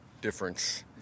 difference